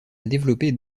développer